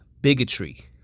bigotry